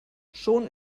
schon